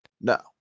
No